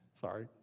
Sorry